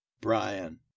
Brian